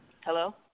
Hello